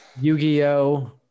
Yu-Gi-Oh